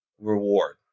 reward